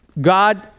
God